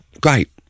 Great